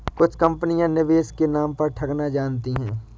कुछ कंपनियां निवेश के नाम पर ठगना जानती हैं